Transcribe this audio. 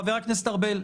חבר הכנסת ארבל,